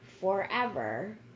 forever